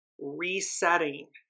resetting